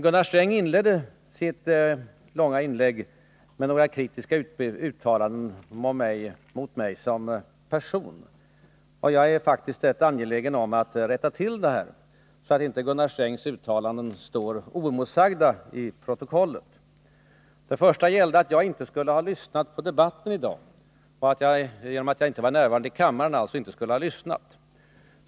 Gunnar Sträng inledde sitt långa inlägg med några kritiska uttalanden mot mig som person, och jag är faktiskt rätt angelägen om att rätta till dem, så att inte Gunnar Strängs uttalanden står oemotsagda i protokollet. Det första uttalandet gällde att jag genom att jag inte var närvarande i kammaren inte skulle ha lyssnat på debatten i dag.